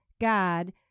God